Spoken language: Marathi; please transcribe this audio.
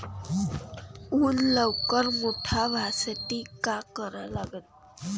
ऊस लवकर मोठा व्हासाठी का करा लागन?